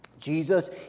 jesus